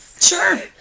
Sure